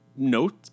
note